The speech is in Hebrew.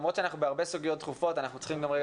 למרות שאנחנו בהרבה סוגיות דחופות אנחנו צריכים גם רגע